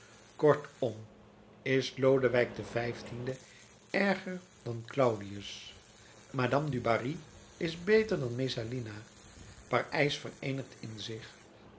kortom is lodewijk xv erger dan claudius madame dubarry is beter dan messalina parijs vereenigt in zich